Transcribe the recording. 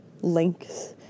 Links